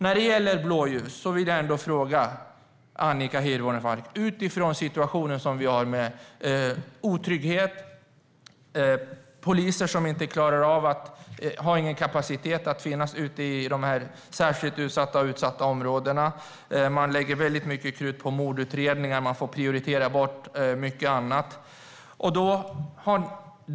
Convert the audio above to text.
När det gäller blåljus vill jag ändå ställa en fråga till Annika Hirvonen Falk mot bakgrund av den situation vi har med otrygghet och poliser som inte har kapacitet att finnas i de särskilt utsatta och utsatta områdena utan lägger väldigt mycket krut på mordutredningar och får prioritera bort mycket annat.